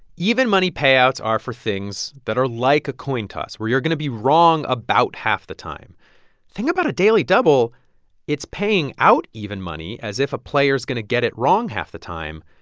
even money payouts are for things that are like a coin toss, where you're going to be wrong about half the time thing about a daily double it's paying out even money as if a player's going to get it wrong half the time,